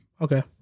Okay